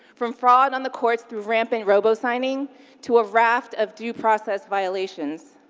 from fraud on the courts through rampant robo-signing to a raft of due process violations.